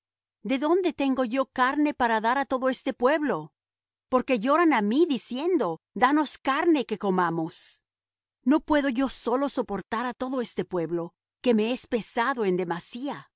de donde tengo yo carne para dar á todo este pueblo porque lloran á mí diciendo danos carne que comamos no puedo yo solo soportar á todo este pueblo que me es pesado en demasía